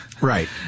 Right